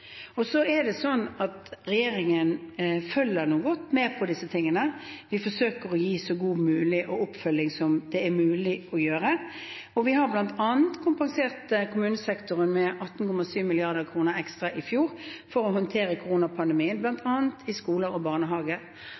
regjeringen nå godt med på disse tingene. Vi forsøker å gi så god oppfølging som det er mulig å gi. Vi har bl.a. kompensert kommunesektoren med 18,7 mrd. kr ekstra i fjor for å håndtere koronapandemien, bl.a. i skoler og